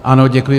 Ano, děkuji.